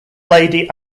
lady